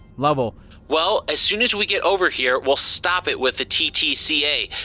lovell well, as soon as we get over here, we'll stop it with the ttca.